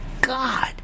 God